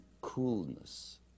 coolness